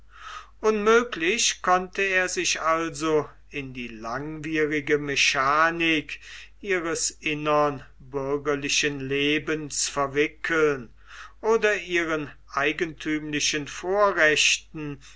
unmöglich konnte er sich also in die langwierige mechanik ihres innern bürgerlichen lebens verwickeln oder ihren eigentümlichen vorrechten